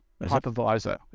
hypervisor